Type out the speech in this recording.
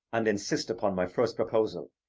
and insist upon my first proposal.